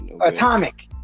atomic